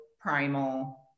primal